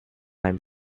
not